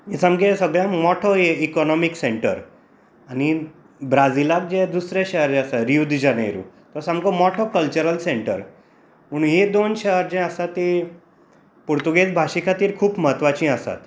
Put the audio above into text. हें सामकें सगळ्यांक मोठो इकोनोमीक सेंटर आनी ब्राजीलाक जे दुसरें शहर आसा रियू दी जानेरु हो सामको मोठो कल्चरल सेंटर पूण हे दोन शहर जी आसा ती पुर्तुगेज भाशे खातीर खूब महत्वाची आसात